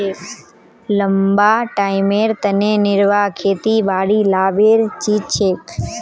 लंबा टाइमेर तने निर्वाह खेतीबाड़ी लाभेर चीज छिके